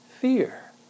fear